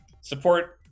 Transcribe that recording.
support